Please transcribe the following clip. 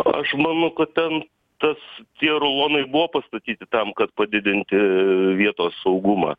aš manau kad ten tas tie rulonai buvo pastatyti tam kad padidinti vietos saugumą